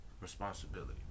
responsibility